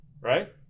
Right